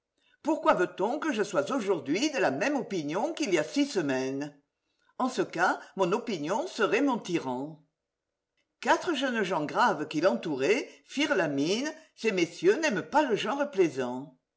pourquoi veut-on que je sois aujourd'hui de la même opinion qu'il y a six semaines en ce cas mon opinion serait mon tyran quatre jeunes gens graves qui l'entouraient firent la mine ces messieurs n'aiment pas le genre plaisant